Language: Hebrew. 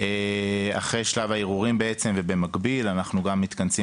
אחרי שלב הערעורים ובמקביל אנחנו מתכנסים